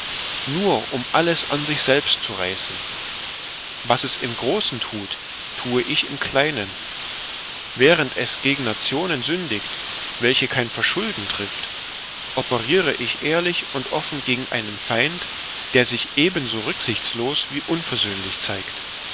nur um alles an sich selbst zu reißen was es im großen thut thue ich im kleinen während es gegen nationen sündigt welche kein verschulden trifft operire ich ehrlich und offen gegen einen feind der sich ebenso rücksichtslos wie unversöhnlich zeigt